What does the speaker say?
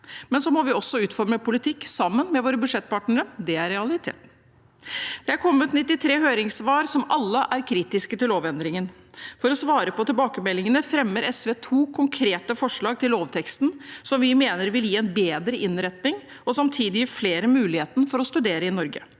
men vi må også utforme politikk sammen med våre budsjettpartnere. Det er realiteten. Det er kommet 93 høringssvar som alle er kritiske til lovendringen. For å svare på tilbakemeldingene fremmer SV to konkrete forslag til lovtekst som vi mener vil gi en bedre innretning, og som samtidig vil gi flere muligheten til å studere i Norge,